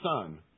son